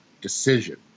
decision